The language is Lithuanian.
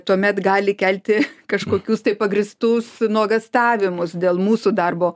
tuomet gali kelti kažkokius tai pagrįstus nuogąstavimus dėl mūsų darbo